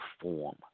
form